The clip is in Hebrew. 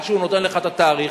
עד שהוא נותן לך את הדירה,